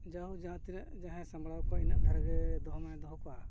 ᱡᱟᱦᱳᱠ ᱡᱟᱦᱟᱸ ᱛᱤᱱᱟᱹᱜ ᱡᱟᱦᱟᱸᱭ ᱥᱟᱢᱵᱲᱟᱣ ᱠᱚᱣᱟᱭ ᱤᱱᱟᱹᱜ ᱫᱷᱟᱨᱟᱜᱮ ᱫᱚᱦᱚᱢᱟᱭ ᱫᱚᱦᱚ ᱠᱚᱣᱟ